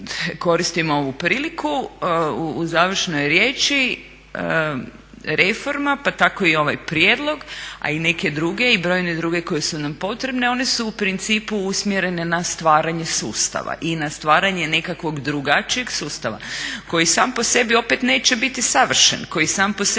koristim ovu priliku u završnoj riječi reforma pa tako i ovaj prijedlog a i neke druge i brojne druge koje su nam potrebne one su u principu usmjerene na stvaranje sustava i na stvaranje nekakvog drugačijeg sustava koji sam po sebi opet neće biti savršen, koji sam po sebi